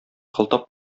кылтап